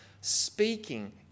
speaking